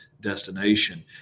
destination